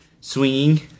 swinging